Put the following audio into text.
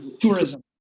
Tourism